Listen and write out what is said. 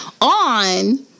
on